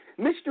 Mr